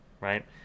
right